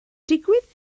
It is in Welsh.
digwydd